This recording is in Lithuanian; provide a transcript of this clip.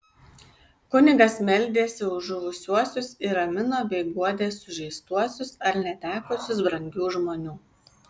kunigas meldėsi už žuvusiuosius ir ramino bei guodė sužeistuosius ar netekusius brangių žmonių